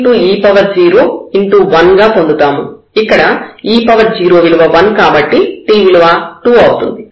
1 గా పొందుతాము ఇక్కడ e0విలువ 1 కాబట్టి t విలువ 2 అవుతుంది